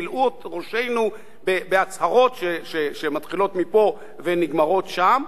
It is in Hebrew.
מילאו את ראשינו בהצהרות שמתחילות מפה ונגמרות שם,